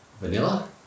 Vanilla